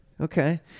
Okay